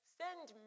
send